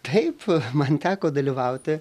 taip man teko dalyvauti